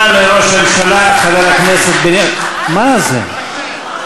תודה לראש הממשלה חבר הכנסת בנימין, מה זה?